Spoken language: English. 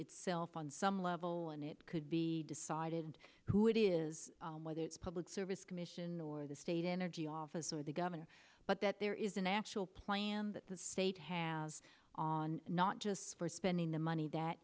itself on some level and it could be decided who it is whether it's public service commission or the state energy office or the governor but that there is an actual plan that the state have on not just for spending the money that